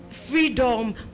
Freedom